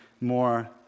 more